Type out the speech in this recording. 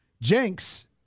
Jenks